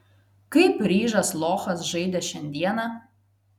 kaip ryžas lochas žaidė šiandieną